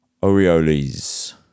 Orioles